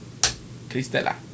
Cristela